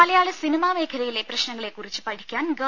മലയാള cinema മേഖലയിലെ പ്രശ്നങ്ങളെ കുറിച്ച് പഠിക്കാൻ ഗവ